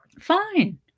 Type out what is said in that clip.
Fine